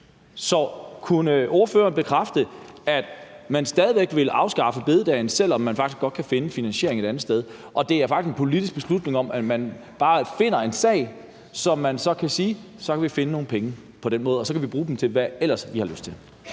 Så kunne ordføreren bekræfte, at man stadig væk vil afskaffe store bededag, selv om man faktisk godt kan finde finansiering et andet sted, og at det faktisk er en politisk beslutning om, at man bare finder en sag, hvor man kan sige, at man kan finde nogen penge på den måde, og så kan man ellers bruge dem på, hvad man har lyst til?